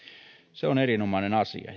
se on erinomainen asia